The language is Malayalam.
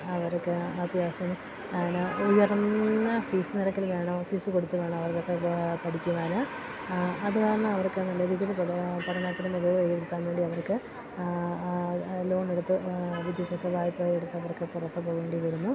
അവർക്ക് അത്യാവശ്യം എന്നാ ഉയർന്ന ഫീസ് നിരക്കില് വേണോ ഫീസ് കൊടുത്ത് വേണ അവർക്കൊക്കെ പഠിക്കുവാണ് അത് കാരണം അവർക്ക് നല്ല രീതീലിതെല്ലോ പഠനത്തില് മികവ് കൈവരിക്കാൻ വേണ്ടി അവർക്ക് ലോണെടുത്ത് വിദ്യഭ്യാസ വായ്പ എടുത്തവർക്ക് പുറത്ത് പോകേണ്ടി വരുന്നു